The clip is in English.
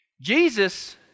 Jesus